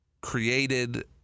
created